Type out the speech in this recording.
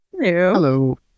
Hello